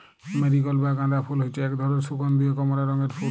marigold বা গাঁদা ফুল হচ্যে এক ধরলের সুগন্ধীয় কমলা রঙের ফুল